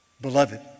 Beloved